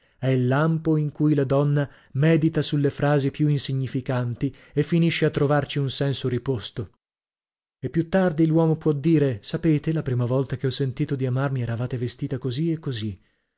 è il lampo in cui la donna medita sulle frasi più insignificanti e finisce a trovarci un senso riposto e più tardi l'uomo può dire sapete la prima volta che ho sentito di amarvi eravate vestita così e così